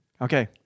Okay